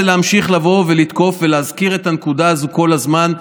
להמשיך לבוא ולתקוף ולהזכיר את הנקודה הזו כל הזמן,